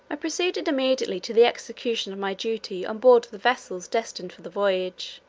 i proceeded immediately to the execution of my duty on board the vessels destined for the voyage,